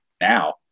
now